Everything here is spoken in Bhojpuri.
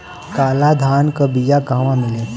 काला धान क बिया कहवा मिली?